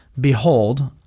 Behold